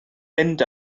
mynd